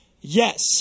Yes